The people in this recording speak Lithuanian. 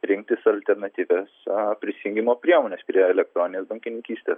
rinktis alternatyvias a prisijungimo priemones prie elektroninės bankininkystės